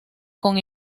con